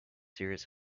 serious